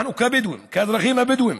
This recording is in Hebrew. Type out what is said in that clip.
אנחנו האזרחים הבדואים,